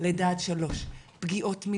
לידה עד שלוש,